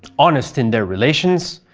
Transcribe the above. honest and their relations,